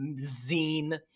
zine